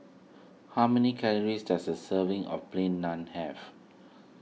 how many calories does a serving of Plain Naan have